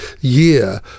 year